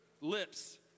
lips